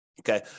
Okay